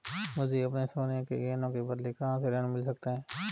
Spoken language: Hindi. मुझे अपने सोने के गहनों के बदले कहां से ऋण मिल सकता है?